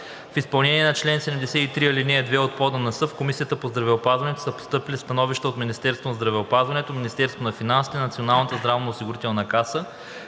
В изпълнение на чл. 73, ал. 2 от ПОДНС в Комисията по здравеопазването са постъпили становища от Министерството на здравеопазването, Министерството на финансите, Националната здравноосигурителна каса